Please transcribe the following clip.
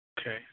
Okay